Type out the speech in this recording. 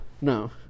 no